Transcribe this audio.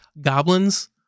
Goblins